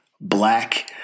black